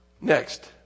Next